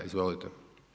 Izvolite.